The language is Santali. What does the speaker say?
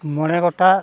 ᱢᱚᱬᱮ ᱜᱚᱴᱟᱝ